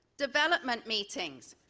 development meetings.